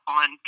on